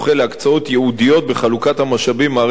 ייעודיות בחלוקת המשאבים במערכת הבריאות,